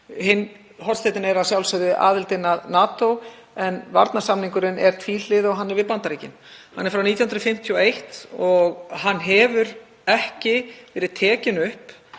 Hinn hornsteinninn er að sjálfsögðu aðildin að NATO en varnarsamningurinn er tvíhliða og hann er við Bandaríkin. Hann er frá 1951 og hefur ekki verið tekinn upp